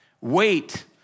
wait